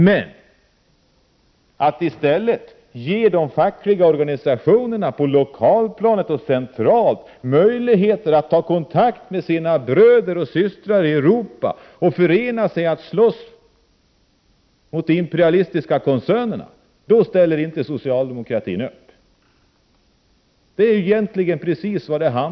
Men när det gäller att ge de fackliga organisationerna på lokalplanet och centralt möjligheter att ta kontakt med sina bröder och systrar i Europa och förena sig i en kamp mot de imperialistiska koncernerna ställer socialdemokratin inte upp!